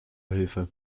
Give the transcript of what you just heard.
hilfe